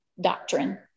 doctrine